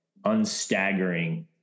unstaggering